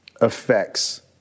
affects